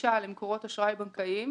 גישה למקורות אשראי בנקאיים,